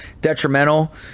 detrimental